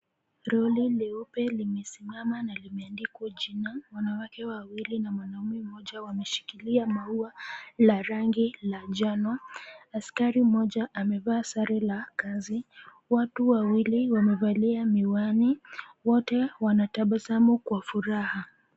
Lori leupe limesimama na limeandikwa jina, wanawake wawili na mwanaume mmoja wameshikilia maua la rangi la njano, Askari mmoja amevaa sare la kazi, watu wawili wamevalia miwani, wote wanatabasamu kwa furaha.